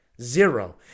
Zero